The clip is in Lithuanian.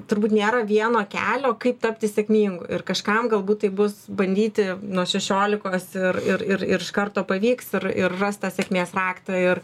turbūt nėra vieno kelio kaip tapti sėkmingu ir kažkam galbūt tai bus bandyti nuo šešiolikos ir ir ir iš karto pavyks ir ir ras tą sėkmės raktą ir